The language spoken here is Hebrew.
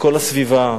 מכל הסביבה,